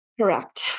correct